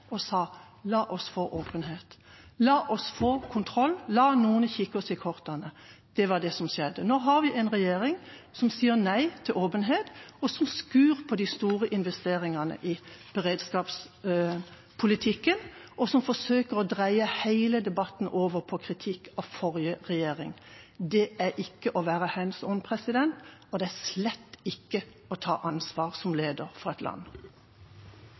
la oss få åpenhet, la oss få kontroll, la noen kikke oss i kortene. Det var det som skjedde. Nå har vi en regjering som sier nei til åpenhet, som skyver på de store investeringene i beredskapspolitikken, og som forsøker å dreie hele debatten over på kritikk av forrige regjering. Det er ikke å være «hands on», og det er slett ikke å ta ansvar som leder for et land.